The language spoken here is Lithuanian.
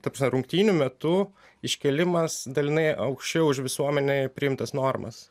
ta prasme rungtynių metu iškėlimas dalinai aukščiau už visuomenėj priimtas normas